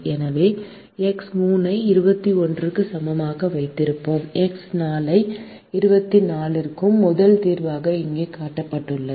எனவே எக்ஸ் 3 ஐ 21 க்கு சமமாக வைத்திருப்போம் எக்ஸ் 4 24 முதல் தீர்வாக இங்கே காட்டப்பட்டுள்ளது